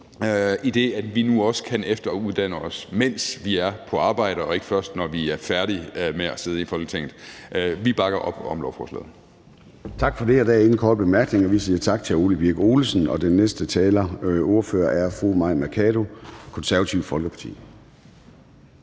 idet vi nu også kan efteruddanne os, mens vi er på arbejde og ikke først, når vi er færdige med at sidde i Folketinget. Vi bakker op om lovforslaget. Kl. 13:34 Formanden (Søren Gade): Tak for det. Der er ingen korte bemærkninger, så vi siger tak til hr. Ole Birk Olesen. Den næste ordfører er fru Mai Mercado, Konservative Folkeparti.